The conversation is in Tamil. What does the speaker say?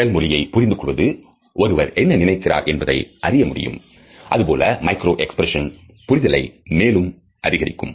உடல் மொழியை புரிந்து கொள்வது ஒருவர் என்ன நினைக்கிறார் என்பதை அறிய உதவும் அதுபோல மைக்ரோ எக்ஸ்பிரஷன் புரிதலை மேலும் அதிகரிக்கும்